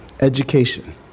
Education